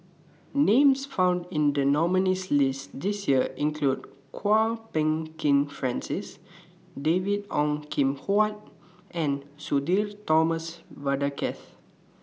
Names found in The nominees' list This Year include Kwok Peng Kin Francis David Ong Kim Huat and Sudhir Thomas Vadaketh